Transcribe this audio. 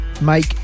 make